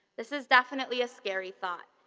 this is definitely a scary thought.